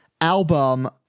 album